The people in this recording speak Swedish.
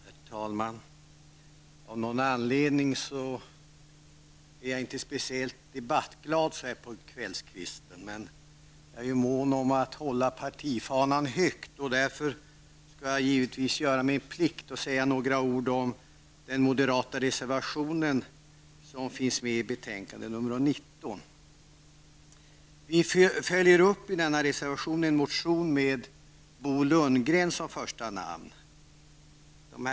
Herr talman! Av någon anledning är jag inte speciellt debattglad så här på kvällskvisten. Men jag är mån om att hålla partifanan hög, och därför skall jag givetvis göra min plikt och säga några ord om den moderata reservationen i finansutskottets betänkande 19. I denna reservation följer vi upp en reservation med Bo Lundgren som första namn.